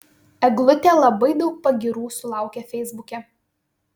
eglutė labai daug pagyrų sulaukia feisbuke